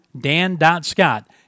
dan.scott